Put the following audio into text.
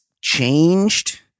changed